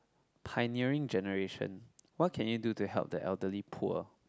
pioneering generation what can you do to help the elderly poor